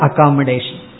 accommodation